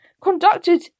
conducted